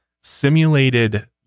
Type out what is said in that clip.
simulated